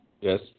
yes